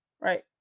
Right